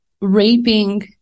raping